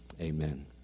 Amen